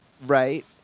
right